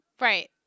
Right